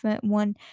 one